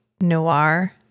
noir